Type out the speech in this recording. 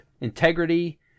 integrity